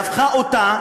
והפכה אותה,